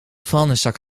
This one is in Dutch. vuilniszak